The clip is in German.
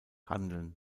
handeln